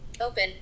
Open